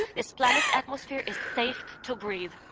this planet's atmosphere is safe to breathe